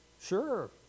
Sure